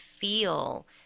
feel